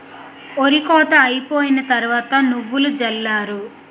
ఒరి కోత అయిపోయిన తరవాత నువ్వులు జల్లారు